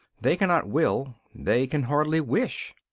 they cannot will, they can hardly wish.